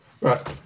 Right